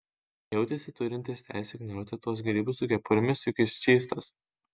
jautėsi turintis teisę ignoruoti tuos grybus su kepurėmis juk jis čystas